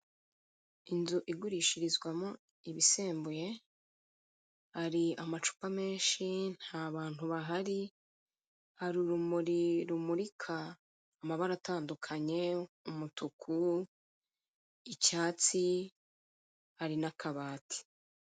Inzu igurishirizwamo ibisembuye, hari amacupa menshi nta bantu bahari, hari urumuri rumurika amabara atandukanye, umutuku, icyatsi hari n'akabati.